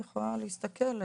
אני יכולה להסתכל.